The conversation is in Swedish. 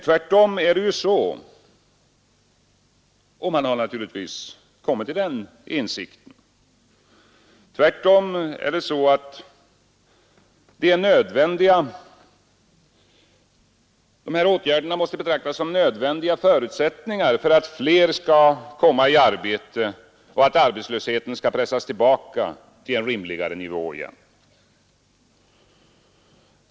Tvärtom är det så, och man har naturligtvis kommit till den insikten, att dessa åtgärder måste betraktas som nödvändiga förutsättningar för att fler skall komma i arbete och arbetslösheten pressas tillbaka till en rimligare nivå igen.